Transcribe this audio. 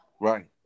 right